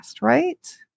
right